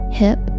hip